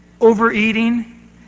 overeating